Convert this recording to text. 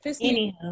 Anyhow